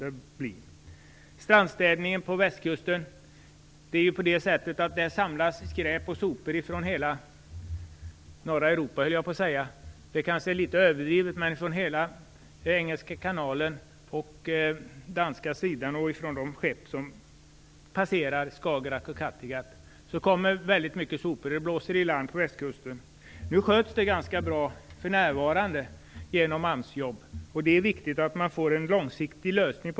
Det gäller också strandstädning på Västkusten, där det samlas skräp och sopor. Det kanske är litet överdrivet att säga att detta kommer från hela norra Europa, men det kommer i alla fall från hela Engelska kanalen och danska sidan, från de skepp som passerar Skagerrak och Kattegatt med mycket sopor, som blåser i land på Västkusten. Detta sköts för närvarande ganska bra genom AMS-jobb, och det är viktigt att få till stånd en långsiktig lösning.